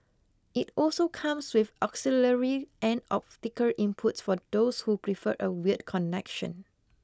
it also comes with auxiliary and optical inputs for those who prefer a wired connection